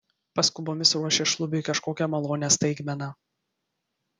paskubomis ruošė šlubiui kažkokią malonią staigmeną